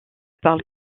parle